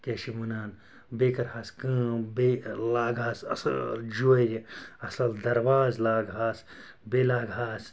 کیٛاہ چھِ اَتھ وَنان بیٚیہِ کَرٕ ہاس کٲم بیٚیہِ لاگہٕ ہاس اصۭل جورِ اصٕل دَرواز لاگہٕ ہاس بیٚیہِ لاگہٕ ہاس